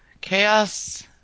Chaos